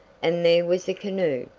and there was a canoe!